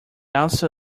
also